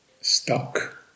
stuck